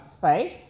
faith